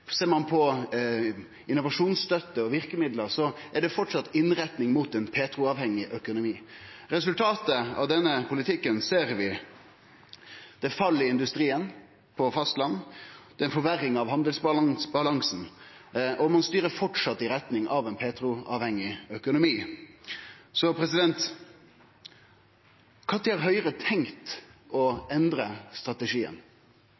Ser ein på innovasjonstøtte og verkemiddel, er det framleis ei innretning mot ein petroavhengig økonomi. Resultatet av denne politikken ser vi: Det er fall i industrien på fastlandet, det er ei forverring av handelsbalansen – og ein styrer framleis i retning av ein petroavhengig økonomi. Så kva tid har Høgre tenkt